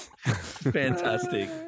fantastic